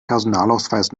personalausweis